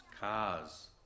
cars